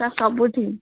sir ସବୁଠି